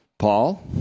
Paul